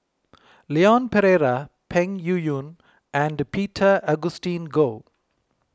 Leon Perera Peng Yuyun and Peter Augustine Goh